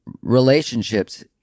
relationships